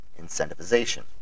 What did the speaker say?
incentivization